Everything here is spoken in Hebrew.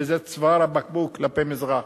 וזה צוואר הבקבוק כלפי מזרח.